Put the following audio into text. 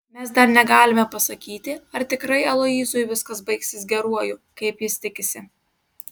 mes dar negalime pasakyti ar tikrai aloyzui viskas baigsis geruoju kaip jis tikisi